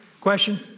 Question